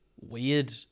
weird